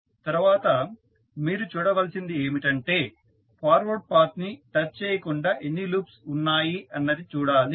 తరువాత మీరు చూడవలసినది ఏమిటంటే ఫార్వర్డ్ పాత్ ని టచ్ చేయకుండా ఎన్ని లూప్స్ ఉన్నాయి అన్నది చూడాలి